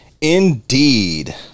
Indeed